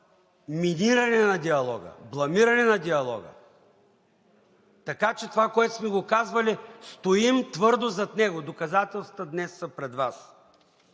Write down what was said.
миниране на диалога, бламиране на диалога. Така че това, което сме го казвали, стоим твърдо зад него. Доказателствата днес са пред Вас.